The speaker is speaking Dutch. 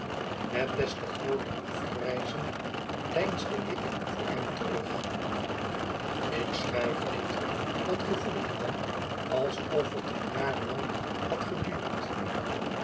met des te grooter afgrijzen deinsde ik voor hem terug ik schrijf dit dat gevoel ik wel alsof het een jaar lang had geduurd